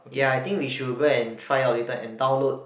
ya I think we should go and try out later and download